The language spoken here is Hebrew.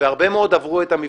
והרבה מאוד עברו את המבחן,